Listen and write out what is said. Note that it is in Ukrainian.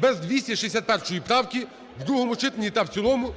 без 261 правки в другому читанні та в цілому